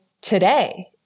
today